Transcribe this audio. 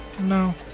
No